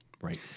Right